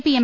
P M